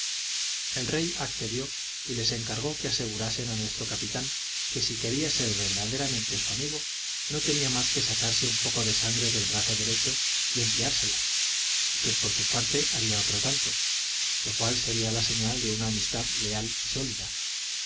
el rey accedió y les encargó que asegurasen a nuestro capitán que si quería ser verdaderamente su amigo no tenía mas que sacarse un poco de sangre del brazo derecho y enviársela y que por su parte haría otro tanto lo cual sería la señal de una amistad leal y sólida